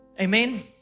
Amen